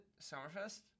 Summerfest